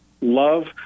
love